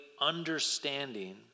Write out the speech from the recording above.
understanding